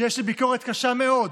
ויש לי ביקורת קשה מאוד